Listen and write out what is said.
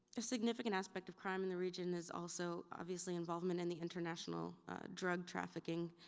a significant aspect of crime in the region is also obviously involvement in the international drug trafficking,